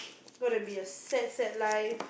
got to be a sad sad life